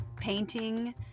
painting